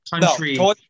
country